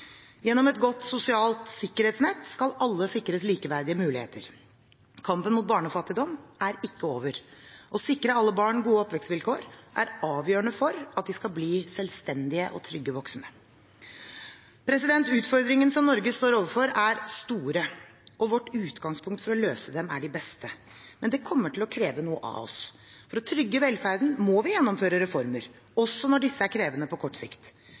Gjennom et godt sosialt sikkerhetsnett skal alle sikres likeverdige muligheter. Kampen mot barnefattigdom er ikke over. Å sikre alle barn gode oppvekstvilkår er avgjørende for at de skal bli til selvstendige og trygge voksne. Utfordringene som Norge står overfor, er store, og vårt utgangspunkt for å løse dem er det beste. Men det kommer til å kreve noe av oss. For å trygge velferden må vi gjennomføre reformer, også når disse er krevende på kort sikt.